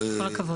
כל הכבוד.